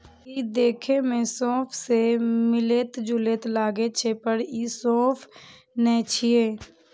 ई देखै मे सौंफ सं मिलैत जुलैत लागै छै, पर ई सौंफ नै छियै